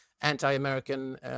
anti-American